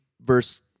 verse